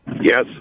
Yes